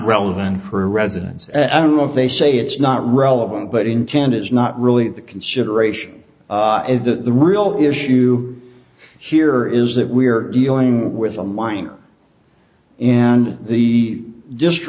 relevant for residence and i don't know if they say it's not relevant but intent is not really into consideration and the real issue here is that we're dealing with a minor and the